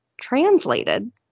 translated